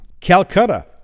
Calcutta